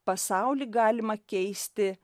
pasaulį galima keisti